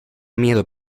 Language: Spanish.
miedo